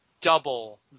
double